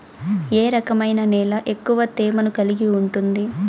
ఏ రకమైన నేల ఎక్కువ తేమను కలిగి ఉంటుంది?